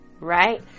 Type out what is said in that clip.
right